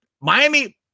Miami